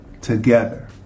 together